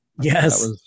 Yes